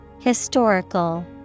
Historical